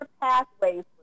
pathways